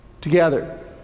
together